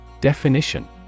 Definition